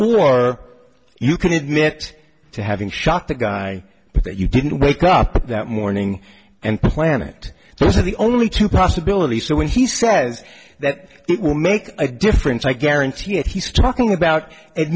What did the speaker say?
or you can admit to having shot the guy but that you didn't wake up that morning and planet those are the only two possibilities so when he says that it will make a difference i guarantee it he's talking about